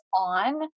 on